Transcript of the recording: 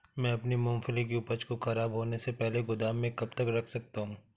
मैं अपनी मूँगफली की उपज को ख़राब होने से पहले गोदाम में कब तक रख सकता हूँ?